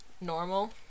normal